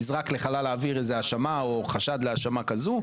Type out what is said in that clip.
נזרק לחלל האוויר האשמה או חשד להאשמה כזו,